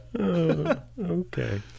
Okay